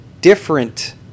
different